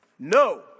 No